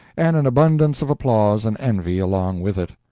and an abundance of applause and envy along with it.